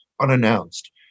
unannounced